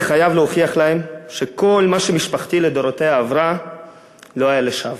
אני חייב להוכיח להם שכל מה שמשפחתי לדורותיה עברה לא היה לשווא.